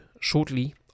Shortly